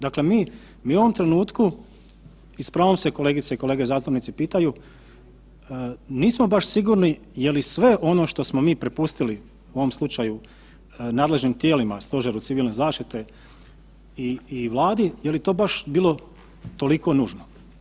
Dakle, mi u ovom trenutku, s pravom se kolegice i kolege zastupnici pitaju, nismo baš sigurni je li sve ono što smo mi prepustili u ovom slučaju nadležnim tijelima, stožeru civilne zaštite i Vladi, je li to baš bilo toliko nužno.